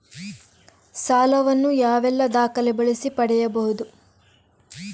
ಸಾಲ ವನ್ನು ಯಾವೆಲ್ಲ ದಾಖಲೆ ಬಳಸಿ ಪಡೆಯಬಹುದು?